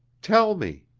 tell me.